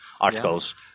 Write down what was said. Articles